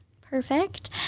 perfect